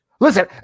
Listen